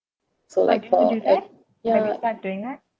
you could do that maybe start doing that